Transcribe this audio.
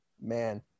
Man